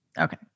Okay